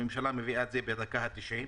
הממשלה מביאה את זה בדקה ה-90.